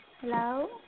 Hello